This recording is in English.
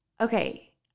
Okay